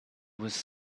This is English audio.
was